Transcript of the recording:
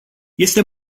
este